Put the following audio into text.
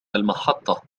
المحطة